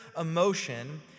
emotion